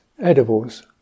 edibles